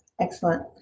Excellent